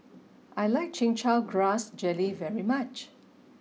I like Chin Chow Grass Jelly very much